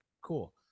Cool